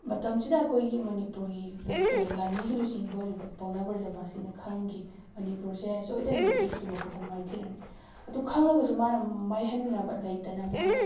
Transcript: ꯃꯇꯝꯁꯤꯗ ꯑꯩꯈꯣꯏꯒꯤ ꯃꯅꯤꯄꯨꯔꯒꯤ ꯂꯥꯟꯃꯤꯒꯤ ꯂꯨꯆꯤꯡꯕ ꯑꯣꯏꯔꯤꯕ ꯄꯥꯎꯅꯥ ꯕ꯭ꯔꯖꯕꯥꯁꯤꯅ ꯈꯪꯈꯤ ꯃꯅꯤꯄꯨꯔꯁꯦ ꯁꯣꯏꯗꯅ ꯕ꯭ꯔꯤꯇꯤꯁꯀꯤ ꯃꯈꯨꯠꯇ ꯃꯥꯏꯊꯤꯔꯅꯤ ꯑꯗꯨ ꯈꯪꯉꯒꯁꯨ ꯃꯥꯅ ꯃꯥꯏꯍꯟꯅꯕ ꯂꯩꯇꯅ ꯃꯥꯅ